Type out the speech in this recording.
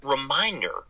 reminder